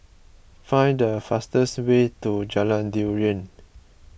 find the fastest way to Jalan Durian